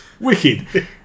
wicked